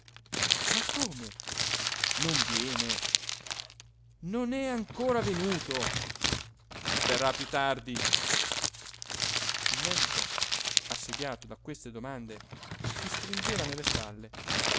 ma come non viene non è ancora venuto verrà più tardi il medico assediato da queste domande si stringeva nelle spalle